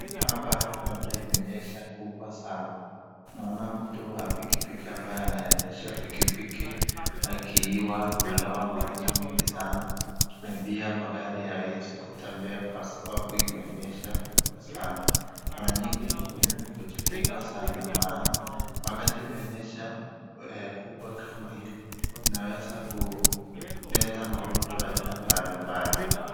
Hapa labda imenyesha kubwa sana. Naona mtu wa pikipiki ambaye anaendesha pikipiki, akiwa amelowa maji mengi sana, na pia magari hayawezi kutembea kwa sababu imenyesha kubwa sana. Mara nyingi ni muhimu kujikinga sana, maana wakati imenyesha kubwa kama hili, inaweza kuleta magonjwa ya aina mbalimbali.